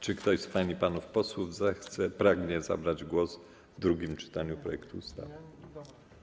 Czy ktoś z pań i panów posłów pragnie zabrać głos w drugim czytaniu projektu ustawy?